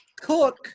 cook